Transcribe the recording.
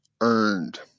earned